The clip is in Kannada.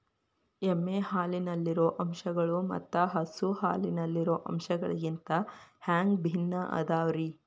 ಎಮ್ಮೆ ಹಾಲಿನಲ್ಲಿರೋ ಅಂಶಗಳು ಮತ್ತ ಹಸು ಹಾಲಿನಲ್ಲಿರೋ ಅಂಶಗಳಿಗಿಂತ ಹ್ಯಾಂಗ ಭಿನ್ನ ಅದಾವ್ರಿ?